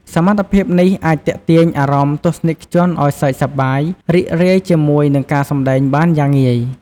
សមត្ថភាពនេះអាចទាក់ទាញអារម្មណ៍ទស្សនិកជនឱ្យសើចសប្បាយរីករាយជាមួយនឹងការសម្តែងបានយ៉ាងងាយ ។